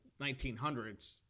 1900s